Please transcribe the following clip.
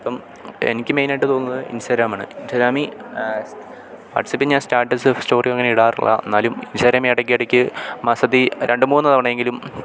ഇപ്പം എനിക്ക് മെയിനായിട്ട് തോന്നുന്നത് ഇൻസ്റ്റാഗ്രാമാണ് ഇൻറ്റാഗ്രാമിൽ വാട്ട്സപ്പിൽ ഞാൻ സ്റ്റാറ്റസ് സ്റ്റോറിയോ അങ്ങനെ ഇടാറില്ല എന്നാലും ഇൻസ്റ്റാഗ്രാമിൽ ഇടക്ക് ഇടക്ക് മാസത്തിൽ രണ്ട് മൂന്ന് തവണ എങ്കിലും